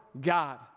God